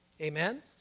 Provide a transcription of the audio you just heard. Amen